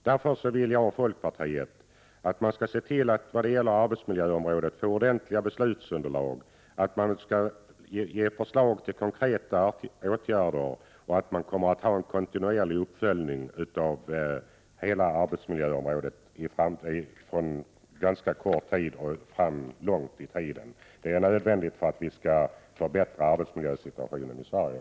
Därför vill jag och folkpartiet att man skall se till att man på arbetsmiljöområdet får ordentliga beslutsunderlag, att man ger förslag till konkreta åtgärder och att man har en kontinuerlig uppföljning av hela arbetsmiljöområdet i framtiden, avseende såväl en ganska kort tid framåt som långt in i framtiden. Det är nödvändigt för att vi skall kunna förbättra arbetsmiljösituationen i Sverige.